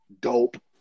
Dope